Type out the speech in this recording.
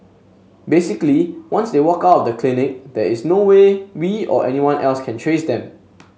basically once they walk out of the clinic there is no way we or anyone else can trace them